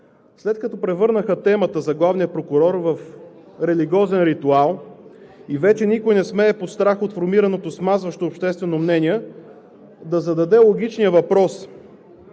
след като превърнаха темата за главния прокурор в религиозен ритуал и вече никой не смее под страх от формираното смазващо обществено мнение да зададе логичния въпрос